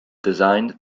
designed